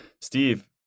Steve